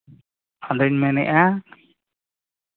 ᱟᱫᱚᱧ ᱢᱮᱱᱮᱫᱼᱟ